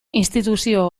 instituzio